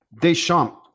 Deschamps